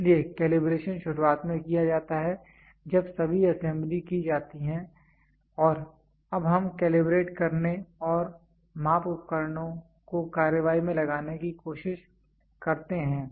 इसलिए कैलिब्रेशन शुरुआत में किया जाता है जब सभी असेंबली की जाती है और अब हम कैलिब्रेट करने और माप उपकरणों को कार्रवाई में लगाने की कोशिश करते हैं